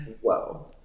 whoa